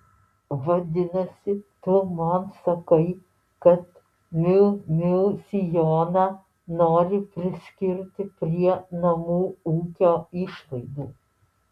vadinasi tu man sakai kad miu miu sijoną nori priskirti prie namų ūkio išlaidų